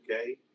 okay